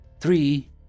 three